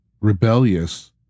rebellious